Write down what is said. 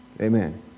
Amen